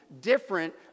different